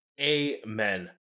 Amen